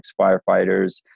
firefighters